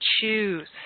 choose